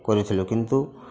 କରିଥିଲୁ କିନ୍ତୁ